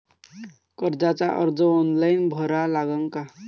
कर्जाचा अर्ज ऑनलाईन भरा लागन का?